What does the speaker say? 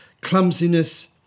clumsiness